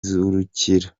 zikurikira